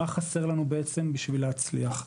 מה חסר לנו, בעצם, כדי להצליח?